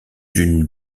d’une